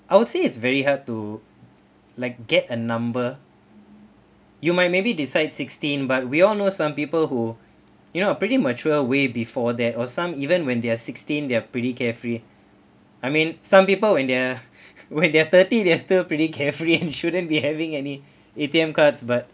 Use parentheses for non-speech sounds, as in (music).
I would say it's very hard to like get a number you might maybe decide sixteen but we all know some people who (breath) you know pretty mature way before that or some even when they are sixteen they are pretty carefree (breath) I mean some people when they are (breath) when they are thirty they are still pretty carefree (laughs) and shouldn't be having any (breath) A_T_M cards but